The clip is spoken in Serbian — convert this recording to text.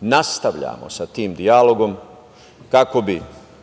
Nastavljamo sa tim dijalogom, kako bi